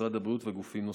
משרד הבריאות וגופים נוספים.